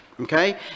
Okay